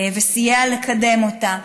וסייע לקדם אותה,